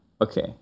okay